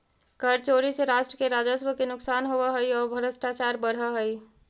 कर चोरी से राष्ट्र के राजस्व के नुकसान होवऽ हई औ भ्रष्टाचार बढ़ऽ हई